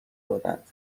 دادند